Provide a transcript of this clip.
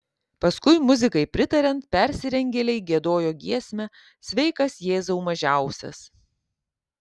paskui muzikai pritariant persirengėliai giedojo giesmę sveikas jėzau mažiausias